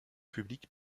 public